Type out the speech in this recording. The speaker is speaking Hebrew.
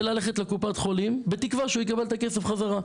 וללכת לקופת חולים בתקווה שהוא יקבל את הכסף חזרה.